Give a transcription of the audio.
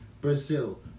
Brazil